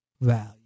value